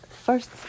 first